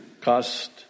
cost